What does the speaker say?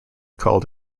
called